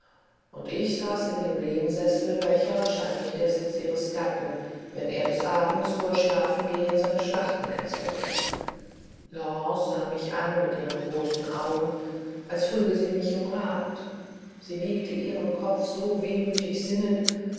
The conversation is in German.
und ich saß in dem lehnsessel welcher wahrscheinlich der sitz ihres gatten wenn er des abends vor schlafengehn seine schlachten erzählte laurence sah mich an mit ihren großen augen als früge sie mich um rat sie wiegte ihren kopf so wehmütig sinnend